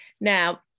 Now